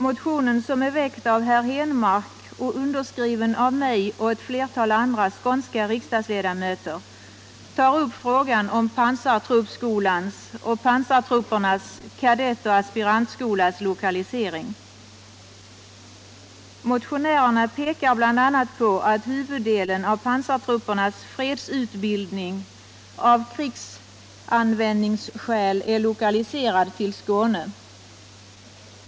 | Motionen, som är väckt av herr Henmark och underskriven av mig och ett flertal andra skånska riksdagsledamöter, tar upp frågan om pansartruppskolans och pansartruppernas kadettoch aspirantskolas lokalisering. Motionärerna pekar bl.a. på att huvuddelen av pansartruppernas fredsutbildning av krigsanvändningsskäl är lokaliserad till Skåne.